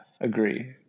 agree